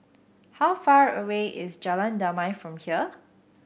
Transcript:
how far away is Jalan Damai from here